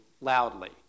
loudly